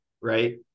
right